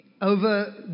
over